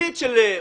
תצפית של חודשים.